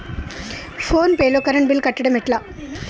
Phone pay లో current bill కట్టడం ఎట్లా?